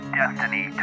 destiny